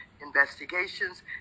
investigations